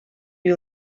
you